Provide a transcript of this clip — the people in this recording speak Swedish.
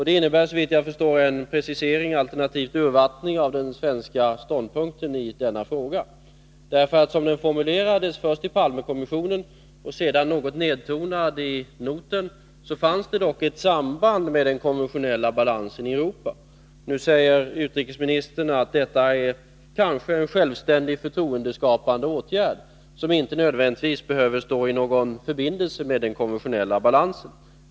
Det innebär såvitt jag förstår en precisering, alternativt urvattning, av den svenska ståndpunkten i denna fråga. Som den formulerades först av Palmekommissionen, och sedan något nedtonad i noten, fanns det dock ett samband med den konventionella balansen i Europa. Nu säger utrikesministern att detta kanske är en självständig förtroendeskapande åtgärd som inte nödvändigtvis behöver stå i någon förbindelse med den konventionella balansen.